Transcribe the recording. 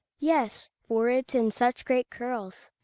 yes, for it's in such great curls.